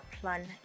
plan